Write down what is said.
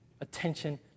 attention